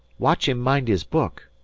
watch him mind his book!